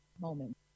moment